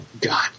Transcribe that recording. God